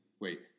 Wait